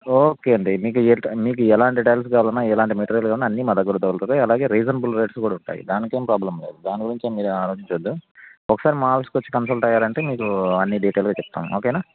okay అండి మీకు ఎట్టా మీకు ఎలాంటి టైల్స్ కావాలన్నా ఎలాంటి మేటీరియల్ కావాలన్నా అన్నీ మా దగ్గర దొరుకుతది అలాగే రీజన్బుల్ రేట్స్ కూడా ఉంటాయి దానికేం ప్రాబ్లం లేదు దానిగురించి ఏమీ మీరు ఆలోచించ వద్దు ఒకసారి మా ఆఫీస్కి వచ్చి కన్సల్ట్ అయ్యారంటే మీకు అన్నీ డీటైల్గా చెప్తాము ఓకేనా